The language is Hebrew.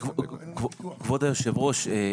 כבוד היושב-ראש,